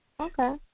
Okay